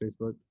Facebook